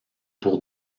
pour